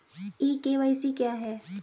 ई KYC क्या है?